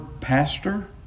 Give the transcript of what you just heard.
pastor